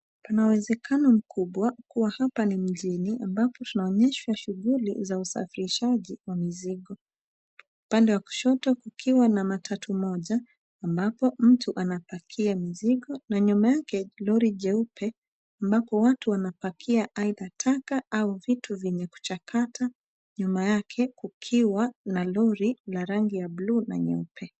Kuna uwezekano mkubwa kuwa hapa ni mjini ambapo maonyesho ya shughuli za usafishaji wa mizigo. Upande wa kushoto kukiwa na matatu moja amvapo mtu anapakia mizigo na nyuma yake Lori jeupe ambapo watu wanapakia audha taka au vitu vingine vyenye kujakata nyuma yake kukiwa na Lori ya rangi blue na nyeupe.